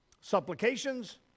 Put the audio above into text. supplications